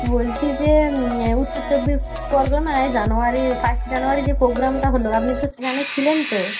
বলছি যে উত্তর চব্বিশ পরগনায় জানুয়ারী ফাস্ট জানুয়ারী যে প্রোগ্রামটা হলো আপনি তো সেখানে ছিলেন তো